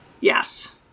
Yes